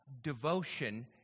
devotion